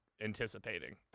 anticipating